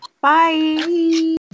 Bye